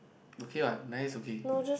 okay [what] then is okay